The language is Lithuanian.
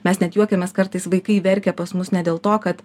mes net juokiamės kartais vaikai verkia pas mus ne dėl to kad